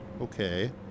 Okay